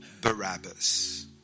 Barabbas